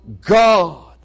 God